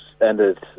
ended